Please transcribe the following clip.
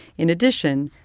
in addition,